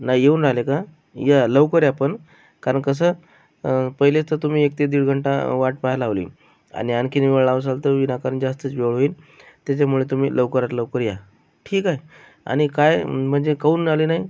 नाही येऊन राहिले का या लवकर या पण कारण कसं पहिले तर तुम्ही एक ते दीड घंटा वाट पाहाया लावली आणि आणखीन वेळ लावसाल तर विनाकारण जास्तच वेळ होईल त्याच्यामुळे तुम्ही लवकरात लवकर या ठीक आहे आणि काय म्हणजे काहून आले नाही